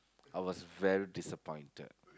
I was very disappointed